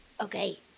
Okay